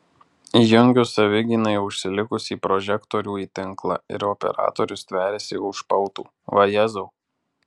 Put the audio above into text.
įjungiu savigynai užsilikusį prožektorių į tinklą ir operatorius stveriasi už pautų vajezau